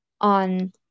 on